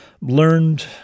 learned